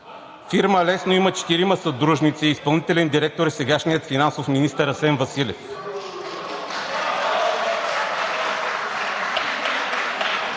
Фирма „Лесно“ има четирима съдружници. Изпълнителен директор е сегашният финансов министър Асен Василев.